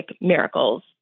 miracles